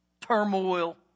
turmoil